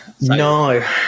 no